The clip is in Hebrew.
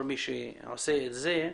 מי שעושה את זה.